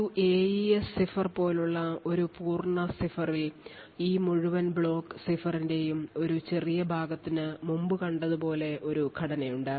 ഒരു AES cipher പോലുള്ള ഒരു പൂർണ്ണ സൈഫറിൽ ഈ മുഴുവൻ ബ്ലോക്ക് സൈഫറിൻറെയും വളരെ ചെറിയ ഭാഗത്തിന് മുമ്പ് കണ്ടതുപോലെ ഒരു ഘടനയുണ്ട്